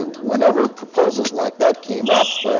ah whenever proposals like that came up,